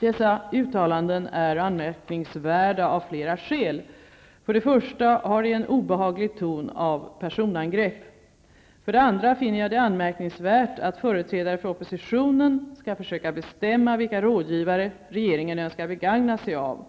Dessa uttalanden är anmärkningsvärda av flera skäl. För det första har de en obehaglig ton av personangrepp. För der andra finner jag det anmärkningsvärt att företrädare för oppositionen skall försöka bestämma vilka rådgivare regeringen önskar begagna sig av.